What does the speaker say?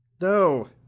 No